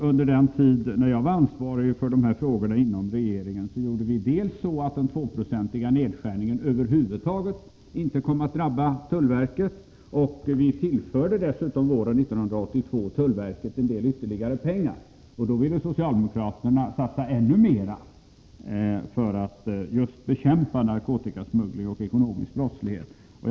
Under den tid jag var ansvarig för dessa frågor inom regeringen, gjorde vi så att den tvåprocentiga nedskärningen över huvud taget inte kom att drabba tullverket, och vi tillförde dessutom våren 1982 tullverket en del ytterligare pengar. Då ville socialdemokraterna satsa ännu mera för att bekämpa just narkotikasmuggling och ekonomisk brottslighet. Herr talman!